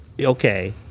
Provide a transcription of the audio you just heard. Okay